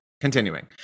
Continuing